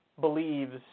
believes